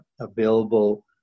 available